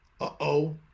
uh-oh